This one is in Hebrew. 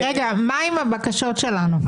מה עם הבקשות שלנו?